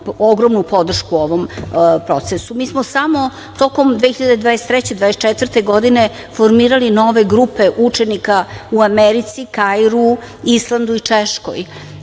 ogromnu podršku ovom procesu. Mi smo samo tokom 2023/2024 godine formirali nove grupe učenika u Americi, Kairu, Islandu i Češkoj.U